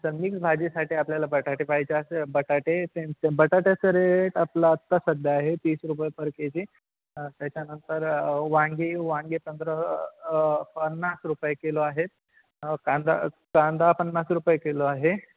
संदीच भाजीसाठी आपल्याला बटाटे पाहिजे असं बटाटे तेच बटाट्याचं रेट आपलं आत्ता सध्या आहे तीस रुपये पर केजी त्याच्यानंतर वांगी वांगे पंधरा पन्नास रुपये किलो आहेत कांदा कांदा पन्नास रुपये किलो आहे